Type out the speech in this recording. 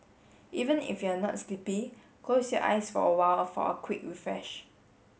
even if you are not sleepy close your eyes for a while for a quick refresh